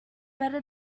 better